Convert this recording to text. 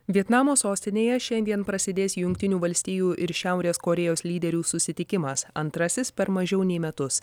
vietnamo sostinėje šiandien prasidės jungtinių valstijų ir šiaurės korėjos lyderių susitikimas antrasis per mažiau nei metus